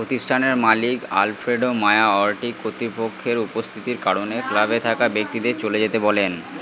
প্রতিষ্ঠানের মালিক Alfredo Maya Ortiz কর্তৃপক্ষের উপস্থিতির কারণে ক্লাবে থাকা ব্যক্তিদের চলে যেতে বলেন